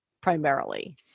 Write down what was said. primarily